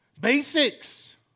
Basics